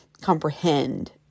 comprehend